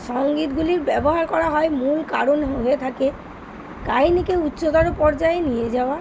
সঙ্গীতগুলির ব্যবহার করা হয় মূল কারণ হয়ে থাকে কাহিনিকে উচ্চতর পর্যায়ে নিয়ে যাওয়া